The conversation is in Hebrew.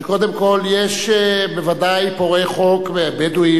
שקודם כול יש בוודאי פורעי חוק מהבדואים